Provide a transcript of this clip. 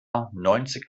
neunzig